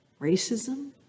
racism